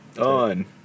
on